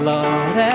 Lord